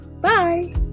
Bye